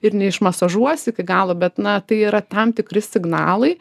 ir neišmasažuosi iki galo bet na tai yra tam tikri signalai